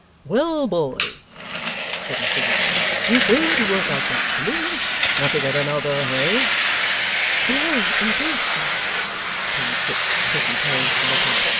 well, boy said mr witherden, you came to work out that shilling not to get another, hey no indeed, sir replied kit, taking courage to look up.